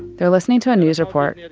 they're listening to a news report.